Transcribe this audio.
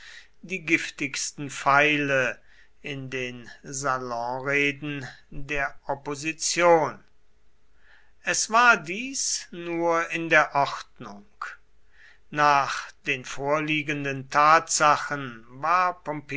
die giftigsten pfeile in den salonreden der opposition es war dies nur in der ordnung nach den vorliegenden tatsachen war